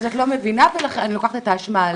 אז את לא מבינה, ואני לוקחת את האשמה עליי.